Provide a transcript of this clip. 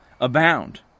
abound